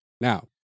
Now